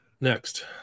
Next